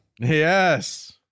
Yes